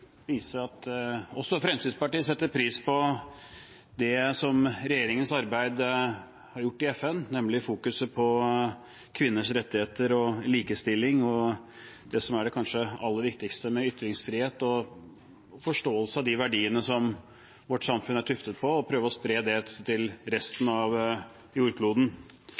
at også Fremskrittspartiet setter pris på det arbeidet regjeringen har gjort i FN, nemlig fokuset på kvinners rettigheter, likestilling og det kanskje aller viktigste: ytringsfrihet, og å prøve å spre forståelsen av verdiene vårt samfunn er tuftet på, til resten av jordkloden,